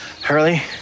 Hurley